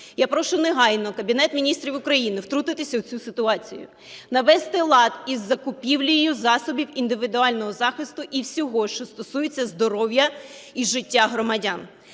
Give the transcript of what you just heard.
я прошу негайно Кабінет Міністрів України втрутитись у цю ситуацію, навести лад із закупівлею засобів індивідуального захисту і всього, що стосується здоров'я і життя громадян.